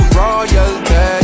royalty